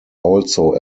also